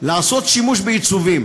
לעשות שימוש בעיצובים,